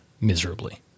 miserably